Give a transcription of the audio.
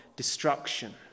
destruction